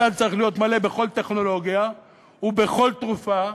הסל צריך להיות מלא בכל טכנולוגיה ובכל תרופה,